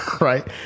right